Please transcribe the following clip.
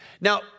Now